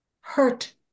hurt